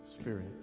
Spirit